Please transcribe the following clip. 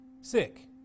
Sick